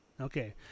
Okay